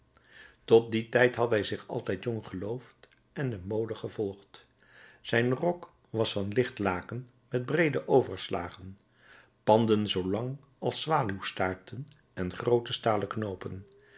tot dien tijd had hij zich altijd jong geloofd en de mode gevolgd zijn rok was van licht laken met breede overslagen panden zoo lang als zwaluwstaarten en groote stalen knoopen